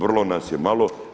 Vrlo nas je malo.